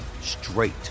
straight